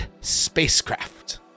spacecraft